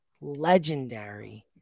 legendary